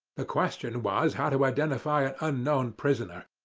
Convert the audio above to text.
the question was how to identify an unknown prisoner.